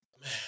Man